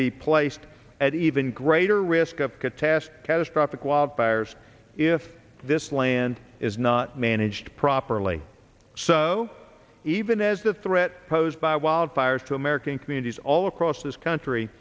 be placed at even greater risk of catastrophe dystrophic wildfires if this land is not managed properly so even as the threat posed by wildfires to american communities all across this country